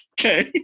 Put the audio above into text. Okay